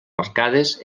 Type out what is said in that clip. arcades